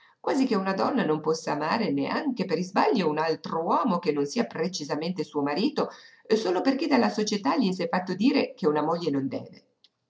quasi che una donna non possa amare neanche per isbaglio un altr'uomo che non sia precisamente suo marito solo perché dalla società le si è fatto dire che una moglie non deve